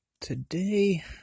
today